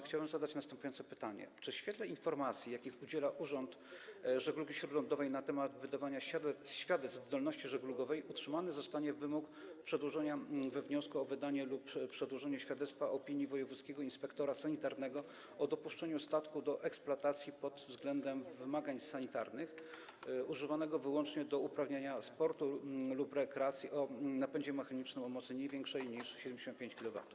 Chciałem zadać następujące pytanie: Czy w świetle informacji, jakich udziela urząd żeglugi śródlądowej na temat wydawania świadectw zdolności żeglugowej, utrzymany zostanie wymóg przedłożenia we wniosku o wydanie lub przedłużenie świadectwa opinii wojewódzkiego inspektora sanitarnego o dopuszczeniu do eksploatacji pod względem wymagań sanitarnych statku używanego wyłącznie do uprawiania sportu lub rekreacji, o napędzie mechanicznym o mocy nie większej niż 75 kW?